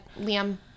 Liam